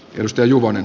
risto juvonen